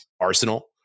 arsenal